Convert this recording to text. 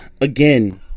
Again